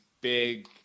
big